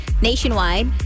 nationwide